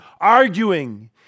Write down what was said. arguing